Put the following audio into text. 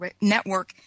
Network